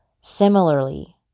Similarly